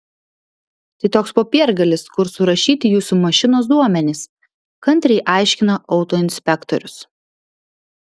tai toks popiergalis kur surašyti jūsų mašinos duomenys kantriai aiškina autoinspektorius